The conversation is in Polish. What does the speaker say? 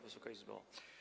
Wysoka Izbo!